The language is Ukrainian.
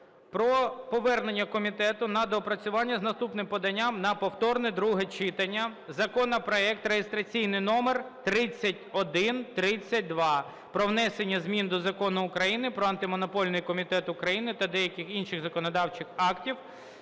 про повернення комітету на доопрацювання з наступним поданням на повторне друге читання законопроект (реєстраційний номер 3132) про внесення змін до Закону України "Про Антимонопольний комітет України" та деяких інших законодавчих актів